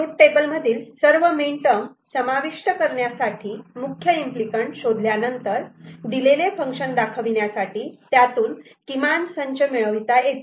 truth table मधील सर्व minterm समाविष्ट करण्यासाठी मुख्य इम्पली कँट शोधल्यानंतर दिलेले फंक्शन दाखविण्यासाठी त्यातून किमान संच मिळविता येतो